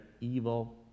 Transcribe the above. evil